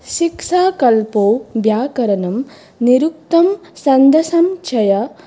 शिक्षा कल्पो व्याकरणं निरुक्तं छन्दसा चयः